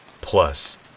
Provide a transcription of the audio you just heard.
Plus